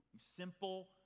simple